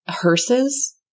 hearses